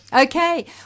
Okay